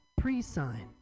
pre-sign